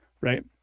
right